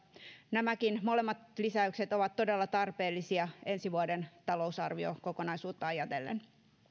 nämäkin molemmat lisäykset ovat todella tarpeellisia ensi vuoden talousarviokokonaisuutta ajatellen